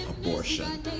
abortion